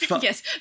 Yes